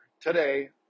today